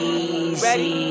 easy